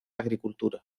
agricultura